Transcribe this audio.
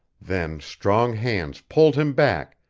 then strong hands pulled him back,